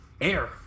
Air